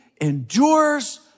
endures